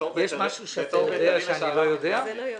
יש משהו שאתה יודע שאני לא יודע?